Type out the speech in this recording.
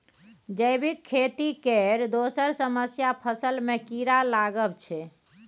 जैबिक खेती केर दोसर समस्या फसल मे कीरा लागब छै